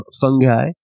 fungi